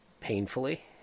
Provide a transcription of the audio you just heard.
painfully